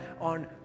on